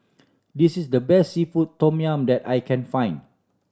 this is the best seafood tom yum that I can find